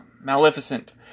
Maleficent